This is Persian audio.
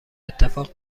اتفاق